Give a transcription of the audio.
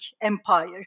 empire